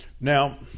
Now